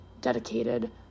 dedicated